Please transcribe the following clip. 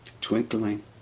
twinkling